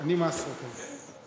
אני מַסרי, כן.